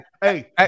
Hey